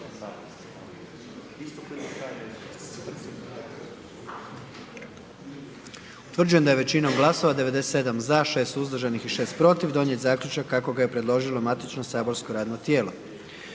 Utvrđujem da je većinom glasova 88 za, 10 glasova protiv donesen zaključak kako ga je predložio matični saborski odbor.